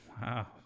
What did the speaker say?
Wow